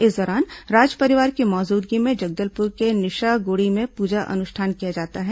इस दौरान राजपरिवार की मौजूदगी में जगदलपुर के निशा गुड़ी में पूजा अनुष्ठान किया जाता है